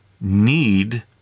need